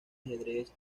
ajedrez